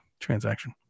transaction